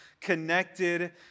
connected